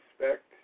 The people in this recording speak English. respect